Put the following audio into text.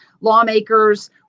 lawmakers